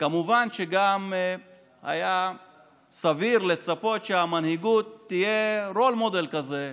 וכמובן גם היה סביר לצפות שהמנהיגות תהיה role model כזה,